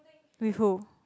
with who